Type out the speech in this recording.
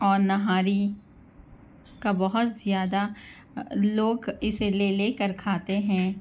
اور نہاری کا بہت زیادہ لوگ اِسے لے لے کر کھاتے ہیں